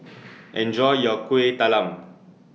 Enjoy your Kuih Talam